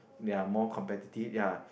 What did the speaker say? they are more competitive ya